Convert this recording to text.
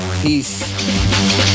Peace